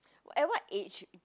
at what age